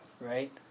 right